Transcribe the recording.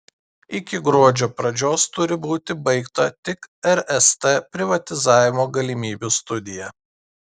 iki gruodžio pradžios turi būti baigta tik rst privatizavimo galimybių studija